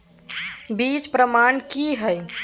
बीज प्रमाणन की हैय?